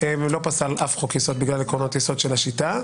ולא פסל אף חוק יסוד בגלל עקרונות יסוד של השיטה.